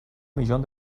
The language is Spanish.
millón